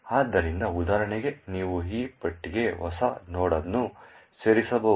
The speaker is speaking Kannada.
ಆದ್ದರಿಂದ ಉದಾಹರಣೆಗೆ ನೀವು ಈ ಪಟ್ಟಿಗೆ ಹೊಸ ನೋಡ್ ಅನ್ನು ಸೇರಿಸಬಹುದು